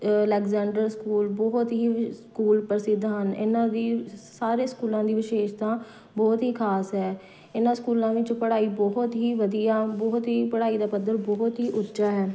ਲੈਗਜੈਂਡਰ school ਬਹੁਤ ਹੀ school ਪ੍ਰਸਿੱਧ ਹਨ ਇਹਨਾਂ ਦੀ ਸਾਰੇ ਸਕੂਲਾਂ ਦੀ ਵਿਸ਼ੇਸ਼ਤਾ ਬਹੁਤ ਹੀ ਖ਼ਾਸ ਹੈ ਇਹਨਾਂ ਸਕੂਲਾਂ ਵਿੱਚ ਪੜ੍ਹਾਈ ਬਹੁਤ ਹੀ ਵਧੀਆ ਬਹੁਤ ਹੀ ਪੜ੍ਹਾਈ ਦਾ ਪੱਧਰ ਬਹੁਤ ਹੀ ਉੱਚਾ ਹੈ